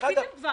עשיתם כבר.